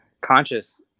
conscious